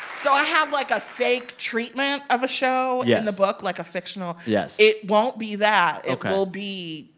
so i have, like, a fake treatment of a show yeah in the book, like a fictional. yes it won't be that ok it will be.